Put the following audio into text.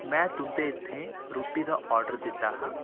में तुं'दे इत्थै रुट्टी दा आर्डर दित्ता हा